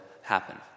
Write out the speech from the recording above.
happen